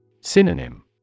Synonym